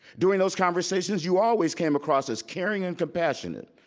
during those conversations you always came across as caring and compassionate,